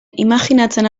imajinatzen